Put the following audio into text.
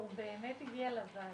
אני יכולה להגיד שהוא הגיע לוועדה